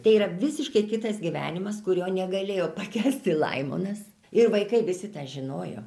tai yra visiškai kitas gyvenimas kurio negalėjo pakęsti laimonas ir vaikai visi tą žinojo